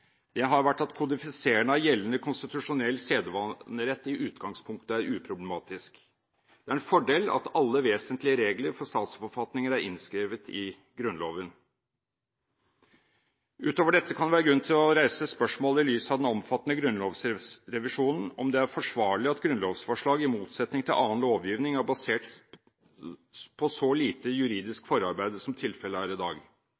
med, har vært at kodifisering av gjeldende konstitusjonell sedvanerett i utgangspunktet er uproblematisk. Det er en fordel at alle vesentlige regler for statsforfatningen er innskrevet i Grunnloven. Utover dette kan det være grunn til å reise spørsmålet i lys av den omfattende grunnlovsrevisjonen om det er forsvarlig at grunnlovsforslag i motsetning til annen lovgivning er basert på så lite juridisk forarbeid som tilfellet er i dag.